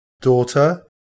daughter